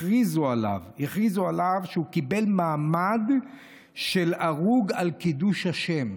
הכריזו עליו שהוא קיבל מעמד של הרוג על קידוש השם.